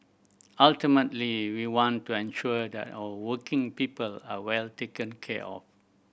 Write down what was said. ultimately we want to ensure that our working people are well taken care of